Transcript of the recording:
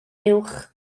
uwch